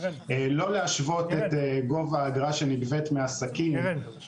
לא להשוות את גובה האגרה שנגבית מעסקים כמו מאזרחים,